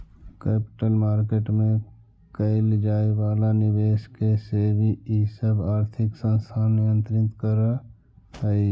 capital market में कैइल जाए वाला निवेश के सेबी इ सब आर्थिक संस्थान नियंत्रित करऽ हई